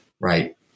right